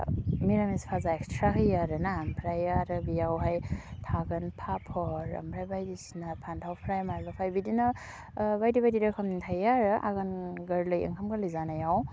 मिरामिस खाजा एक्सट्रा होयो आरोना आमफ्राय आरो बेयावहाय थागोन पापर आमफ्राय बायदिसिना फान्थाव फ्राइ माबा फ्राइ बिदिनो बायदि बायदि रोखोमनि थायो आरो आघोन गोरलै ओंखाम गोरलै जानायाव